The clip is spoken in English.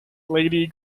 lady